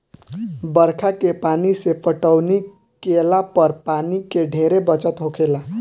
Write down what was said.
बरखा के पानी से पटौनी केइला पर पानी के ढेरे बचत होखेला